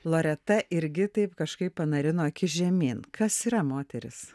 loreta irgi taip kažkaip panarino akis žemyn kas yra moterys